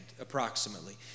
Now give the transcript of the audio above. approximately